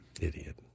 Idiot